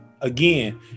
again